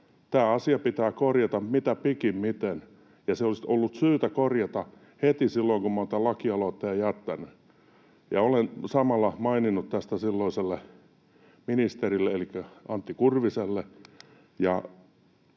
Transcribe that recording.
Tämä asia pitää korjata mitä pikimmiten, ja se olisi ollut syytä korjata heti silloin, kun olen tämän lakialoitteen jättänyt. Ja olen samalla maininnut tästä silloiselle ministerille elikkä Antti Kurviselle,